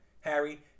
Harry